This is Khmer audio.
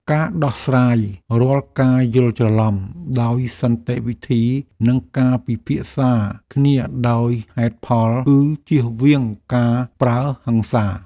ការដោះស្រាយរាល់ការយល់ច្រឡំដោយសន្តិវិធីនិងការពិភាក្សាគ្នាដោយហេតុផល គឺជៀសវាងការប្រើហិង្សា។